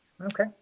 Okay